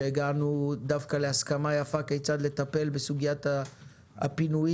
והגענו דווקא להסכמה יפה כיצד לטפל בסוגיית הפינויים,